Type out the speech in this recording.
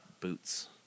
boots